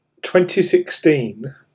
2016